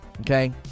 okay